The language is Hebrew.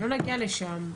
לא נגיע לשם.